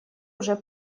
уже